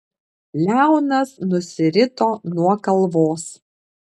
leonas nusirito nuo kalvos